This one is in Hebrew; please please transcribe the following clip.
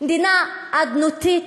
מדינה אדנותית,